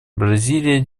бразилия